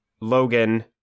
Logan